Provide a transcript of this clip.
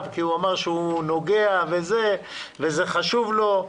כי הוא אמר שהוא נוגע בנושא הזה ושהנושא הזה חשוב לו,